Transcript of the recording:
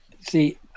see